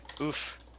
Oof